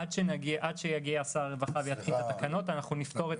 עד שיגיע שר הרווחה ויתקין את התקנות אנחנו נפתור את